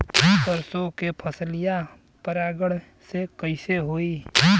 सरसो के फसलिया परागण से कईसे होई?